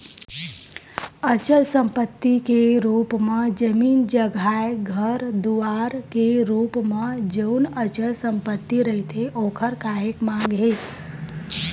अचल संपत्ति के रुप म जमीन जघाए घर दुवार के रुप म जउन अचल संपत्ति रहिथे ओखर काहेक मांग हे